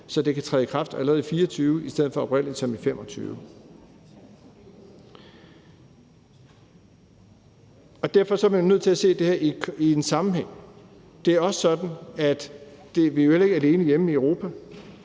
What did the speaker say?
så det kan træde i kraft allerede i 2024 i stedet for oprindelig 2025. Derfor er man nødt til at se det her i en sammenhæng. Det er også sådan, at vi jo ikke er alene hjemme i Europa.